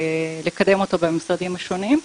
לקדם אותו במשרדים השונים.